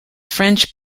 french